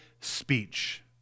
speech